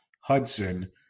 Hudson